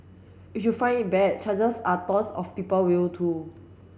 if you find it bad chances are tons of people will too